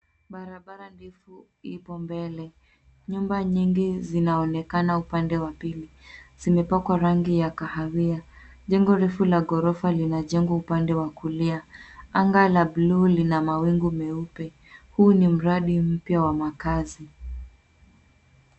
Barabara ndefu ipo mbele. Nyumba nyingi zinaonekana upande wa pili. Zimepakwa rangi ya kahawia. Jengo refu la ghorofa linajengwa upande wa kulia. Anga la buluu lina mawingu meupe. Huu ni mradi mpya wa makaazi.